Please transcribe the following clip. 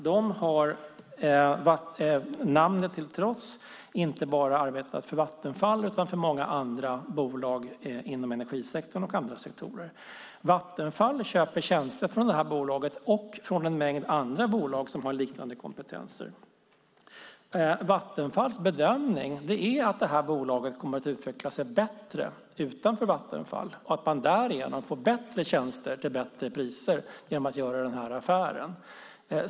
Det har, namnet till trots, inte bara arbetat för Vattenfall utan för många andra bolag inom energisektorn och andra sektorer. Vattenfall köper tjänster från detta bolag och från en mängd andra bolag som har liknande kompetens. Vattenfalls bedömning är att detta bolag kommer att utvecklas bättre utanför Vattenfall och att man därigenom får bättre tjänster till bättre priser genom att göra denna affär.